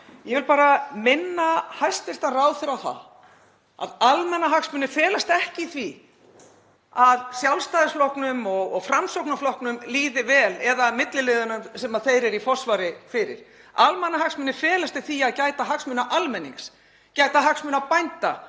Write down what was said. Ég vil bara minna hæstv. ráðherra á það að almannahagsmunir felast ekki í því að Sjálfstæðisflokknum og Framsóknarflokknum líði vel eða milliliðunum sem þeir eru í forsvari fyrir. Almannahagsmunir felast í því að gæta hagsmuna almennings, gæta hagsmuna bænda,